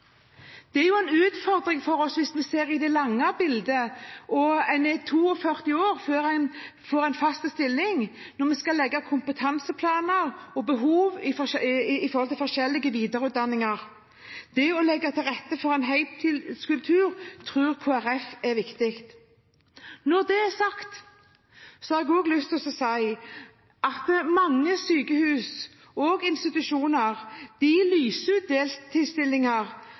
en utfordring for oss – hvis vi ser på det store bildet – hvis en er 42 år før en får en fast stilling, når vi skal legge kompetanseplaner og vurdere behov for forskjellige videreutdanninger. Det å legge til rette for en heltidskultur tror Kristelig Folkeparti er viktig. Når det er sagt, har jeg også lyst til å si at mange sykehus og institusjoner lyser ut deltidsstillinger